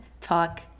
talk